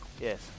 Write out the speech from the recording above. Yes